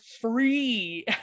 free